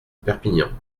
perpignan